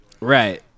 Right